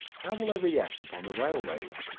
how will they react upon the railways?